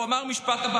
הוא אמר משפט אחד,